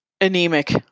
anemic